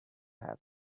have